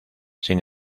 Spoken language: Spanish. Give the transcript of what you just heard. sin